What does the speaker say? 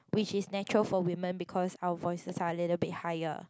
which is natural for women because our voices are a little bit higher